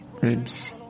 ribs